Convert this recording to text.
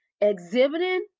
Exhibiting